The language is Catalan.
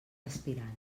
aspirants